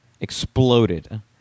exploded